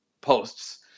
posts